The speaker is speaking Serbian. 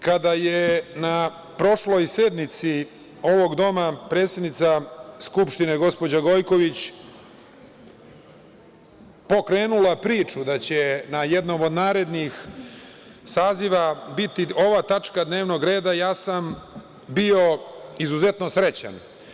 Kada je na prošloj sednici ovog doma, predsednika Skupštine, gospođa Gojković pokrenula priču da će na jednoj od narednih saziva biti ova tačka dnevnog reda, ja sam bio izuzetno srećan.